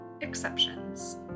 exceptions